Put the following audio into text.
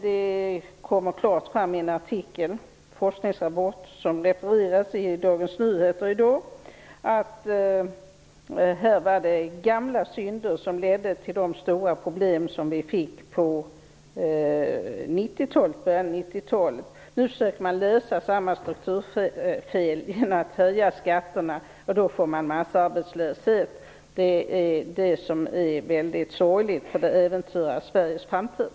Det kommer klart fram i en forskningsrapport som refereras i Dagens Nyheter i dag att det var gamla synder som ledde till de stora problem som vi fick i början av 90-talet. Nu försöker man lösa samma strukturfel genom att höja skatterna, och då får man massarbetslöshet. Det är mycket sorgligt, eftersom det äventyrar Sveriges framtid.